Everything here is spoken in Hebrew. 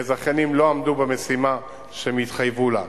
כי הזכיינים לא עמדו במשימה שהם התחייבו לה.